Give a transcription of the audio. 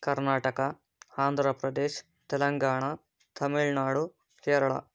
Karnataka Andhra Pradesh Telangana Tamil Nadu Kerala